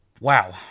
wow